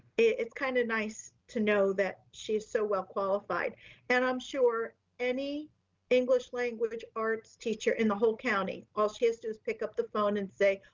it's kind of nice to know that she is so well qualified and i'm sure any english language arts teacher in the whole county, all she has to pick up the phone and say,